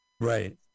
right